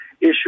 issue